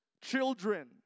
children